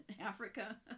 Africa